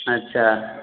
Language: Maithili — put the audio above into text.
अच्छा